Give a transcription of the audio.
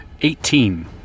Eighteen